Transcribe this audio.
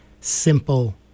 simple